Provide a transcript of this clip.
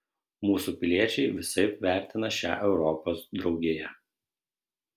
mūsų piliečiai visaip vertina šią europos draugiją